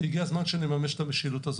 והגיע הזמן שנממש את המשילות הזאת.